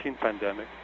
pandemic